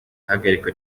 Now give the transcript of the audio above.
ihagarikwa